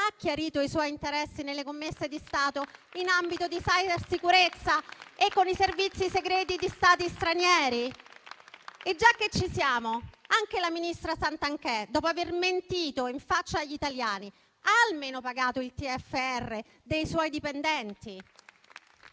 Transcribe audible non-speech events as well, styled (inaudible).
ha chiarito i suoi interessi nelle commesse di Stato in ambito di cybersicurezza e con i servizi segreti di Stati stranieri? (applause) E già che ci siamo, anche la ministra Santanchè, dopo aver mentito in faccia agli italiani, ha almeno pagato il TFR dei suoi dipendenti?